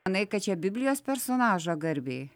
manai kad čia biblijos personažo garbei